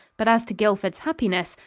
but as to guildford's happiness,